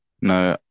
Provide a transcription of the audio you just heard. No